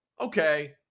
okay